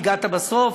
הגעת בסוף.